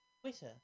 Twitter